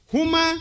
Huma